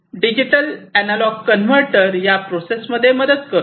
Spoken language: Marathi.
डिजिटलचे अॅनालॉग कन्व्हर्टर या प्रोसेसमध्ये मदत करतो